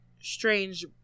strange